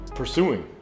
pursuing